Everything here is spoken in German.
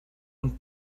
und